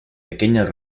pequeñas